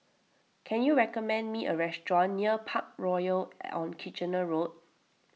can you recommend me a restaurant near Parkroyal on Kitchener Road